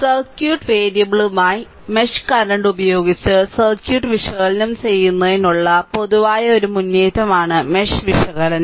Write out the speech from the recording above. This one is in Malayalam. സർക്യൂട്ട് വേരിയബിളുകളായി മെഷ് കറന്റ് ഉപയോഗിച്ച് സർക്യൂട്ട് വിശകലനം ചെയ്യുന്നതിനുള്ള പൊതുവായ ഒരു മുന്നേറ്റമാണ് മെഷ് വിശകലനം